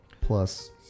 Plus